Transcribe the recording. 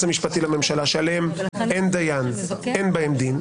המשפטי לממשלה שעליהם אין דיין אין בהם דין?